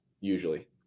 usually